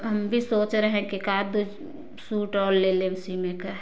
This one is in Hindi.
हम भी सोच रहे हैं की एक आध दो सूट और ले लें उसी में का